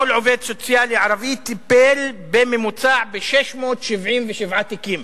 כל עובד סוציאלי ערבי טיפל בממוצע ב-677 תיקים.